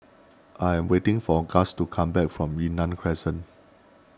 I am waiting for Gust to come back from Yunnan Crescent